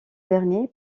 dernier